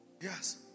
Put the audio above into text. Yes